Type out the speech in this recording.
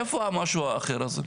איפה המשהו האחר הזה?